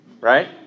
right